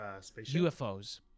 UFOs